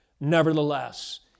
Nevertheless